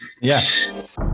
Yes